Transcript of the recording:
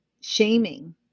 shaming